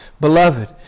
Beloved